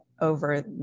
over